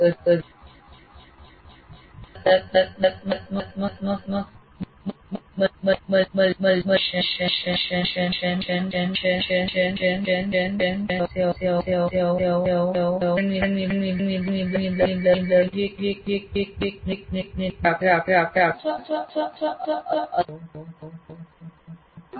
પરસ્પર સંવાદાત્મક વ્યાખ્યાન મલ્ટિમીડિયા પ્રેઝન્ટેશન સિમ્યુલેશન ઉદાહરણ સમસ્યાઓ ક્ષેત્ર નિદર્શન પ્રાયોગિક નિદર્શન ગ્રાફિક આયોજકો અથવા અદ્યતન ગ્રાફિક આયોજકો